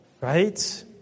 right